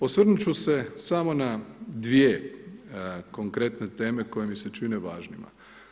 Osvrnut ću se samo na dvije konkretne teme koje mi se čine važnima.